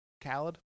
Khaled